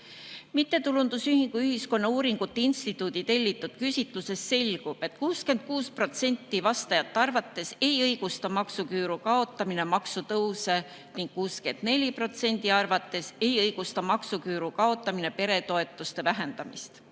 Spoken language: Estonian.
Mittetulundusühingu Ühiskonnauuringute Instituut tellitud küsitlusest selgub, et 66% vastajate arvates ei õigusta maksuküüru kaotamine maksutõuse ning 64% arvates ei õigusta maksuküüru kaotamine peretoetuste vähendamist.